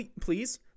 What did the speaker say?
Please